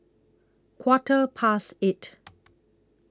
Quarter Past eight